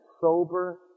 sober